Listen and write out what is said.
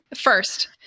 first